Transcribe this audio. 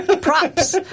props